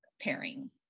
pairing